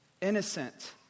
innocent